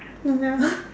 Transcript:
ya